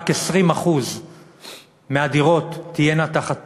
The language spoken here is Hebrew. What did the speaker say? רק 20% מהדירות יהיו תחת פיקוח.